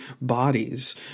bodies